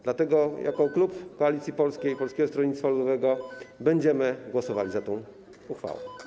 Dlatego jako klub Koalicji Polskiej - Polskiego Stronnictwa Ludowego będziemy głosowali za tą uchwałą.